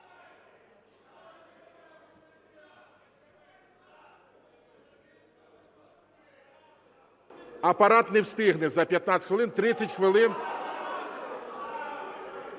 Апарат не встигне за 15 хвилин. 30 хвилин.